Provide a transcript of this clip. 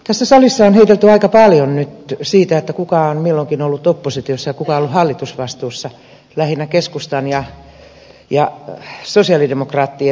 tässä salissa on heitelty aika paljon nyt siitä kuka on milloinkin ollut oppositiossa ja kuka on ollut hallitusvastuussa lähinnä keskustan ja sosialidemokraattien välillä